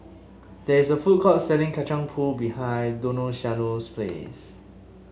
there is a food court selling Kacang Pool behind Donaciano's place